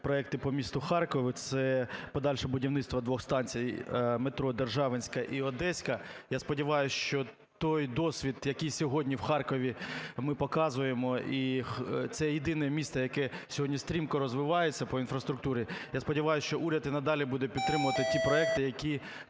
проекти по місту Харкову, це подальше будівництво двох станцій метро: "Державінська" і "Одеська". Я сподіваюсь, що той досвід, який сьогодні в Харкові ми показуємо - це єдине місто, яке сьогодні стрімко розвивається по інфраструктурі, - я сподіваюсь, що уряд і надалі буде підтримувати ті проекти, які